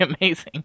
amazing